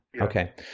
Okay